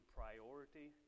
priority